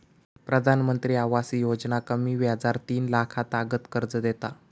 प्रधानमंत्री आवास योजना कमी व्याजार तीन लाखातागत कर्ज देता